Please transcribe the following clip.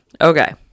Okay